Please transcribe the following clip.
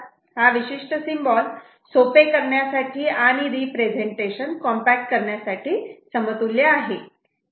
हा विशिष्ट सिम्बॉल सोपे करण्यासाठी आणि रिप्रेझेंटेशन कॉम्पॅक्ट करण्यासाठी समतुल्य आहे